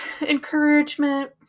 encouragement